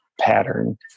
pattern